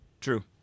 True